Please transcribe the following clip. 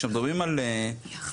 כשמדברים על אפידמיולוגיה,